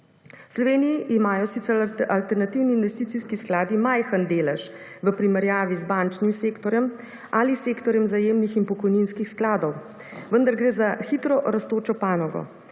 Sloveniji imajo sicer alternativni investicijski skladi majhen delež v primerjavi z bančnimi sektorjem ali sektorjem zajemnih in pokojninskih skladov, vendar gre za hitro rastočo panogo.